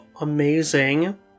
amazing